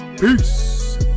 Peace